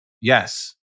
Yes